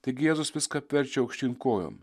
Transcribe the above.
taigi jėzus viską apverčia aukštyn kojom